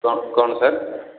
କ'ଣ କ'ଣ ସାର୍